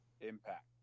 Impact